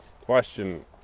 Question